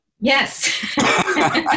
Yes